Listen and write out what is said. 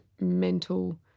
mental